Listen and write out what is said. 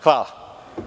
Hvala.